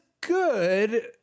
good